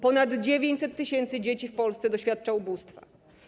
Ponad 900 tys. dzieci w Polsce doświadcza ubóstwa.